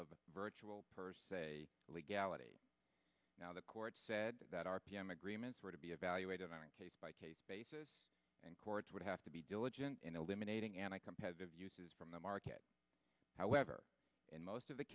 of virtual per se legality now the court said that r p m agreements were to be evaluated on a case by case basis and courts would have to be diligent in eliminating anti competitive uses from the market however in most of the